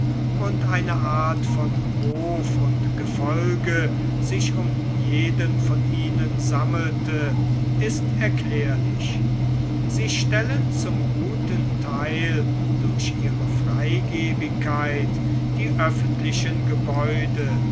und eine art von hof und gefolge sich um jeden von ihnen sammelte ist erklärlich sie stellen zum guten teil durch ihre freigebigkeit die öffentlichen gebäude